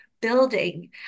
building